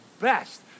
best